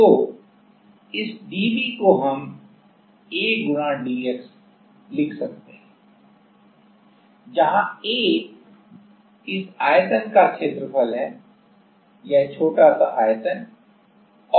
तो इस dV को हम A dx के लिख सकते हैं जहाँ A इस आयतन का क्षेत्रफल है यह छोटा आयतन और यह dx है